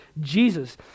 Jesus